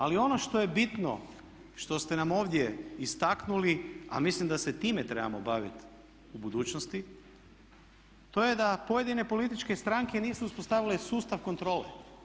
Ali ono što je bitno, što ste nam ovdje istaknuli a mislim da se time trebamo baviti u budućnosti to je da pojedine političke stranke nisu uspostavile sustav kontrole.